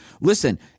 Listen